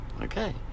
Okay